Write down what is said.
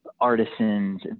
artisans